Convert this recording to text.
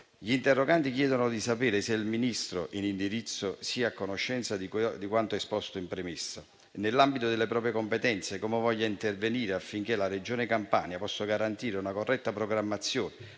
Gli interroganti chiedono di sapere se il Ministro in indirizzo sia a conoscenza di quanto esposto in premessa e, nell'ambito delle proprie competenze, come voglia intervenire affinché la Regione Campania possa garantire una corretta programmazione,